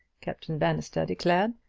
captain bannister declared.